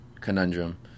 conundrum